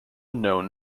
known